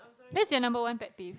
that's the number one pet peeve